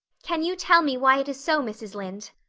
can you tell me why it is so, mrs. lynde?